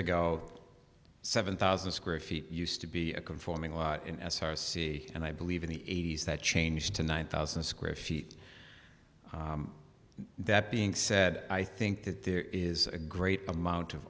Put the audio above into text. ago seven thousand square feet used to be a conforming lot in s r c and i believe in the eighty's that changed to one thousand square feet that being said i think that there is a great amount of